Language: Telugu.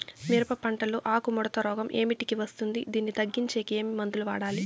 మిరప పంట లో ఆకు ముడత రోగం ఏమిటికి వస్తుంది, దీన్ని తగ్గించేకి ఏమి మందులు వాడాలి?